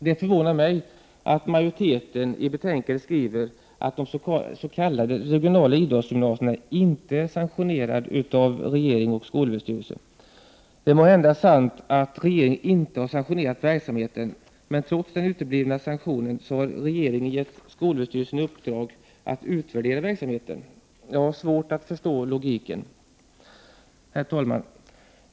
Det förvånar mig att majoriteten skriver i betänkandet att de s.k. regionala idrottsgymnasierna inte är sanktionerade av regeringen och skolöverstyrelsen. Det är måhända sant att regeringen inte har sanktionerat verksamheten, men trots denna uteblivna sanktion har regeringen gett skolöverstyrelsen i uppdrag att utvärdera verksamheten. Jag har svårt att förstå logiken. Herr talman!